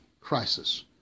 crisis